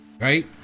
right